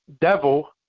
Devil